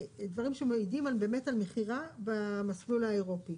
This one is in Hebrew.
דברים שמעידים על באמת על מכירה במסלול האירופי